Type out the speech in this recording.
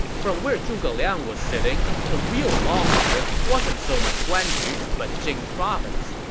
from where zhuge liang was sitting, the real loss here wasn't so much guan yu, but jing province.